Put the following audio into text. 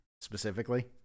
specifically